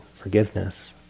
forgiveness